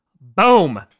Boom